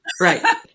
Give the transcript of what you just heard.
Right